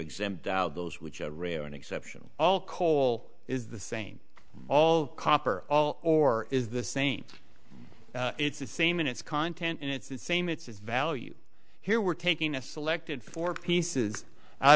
exempt out those which are rare and exceptional all coal is the same all copper all or is the same it's the same in its content and it's the same it's value here we're taking a selected four pieces out